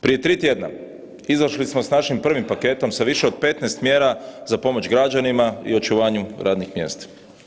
Prije tri tjedna izašli smo s našim prvim paketom sa više od 15 mjera za pomoć građanima i očuvanju radnih mjesta.